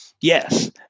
Yes